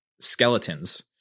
skeletons